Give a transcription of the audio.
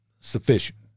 sufficient